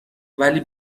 ولی